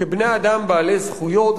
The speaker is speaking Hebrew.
כבני-אדם בעלי זכויות,